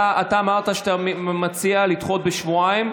אתה אמרת שאתה מציע לדחות בשבועיים,